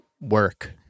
work